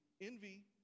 envy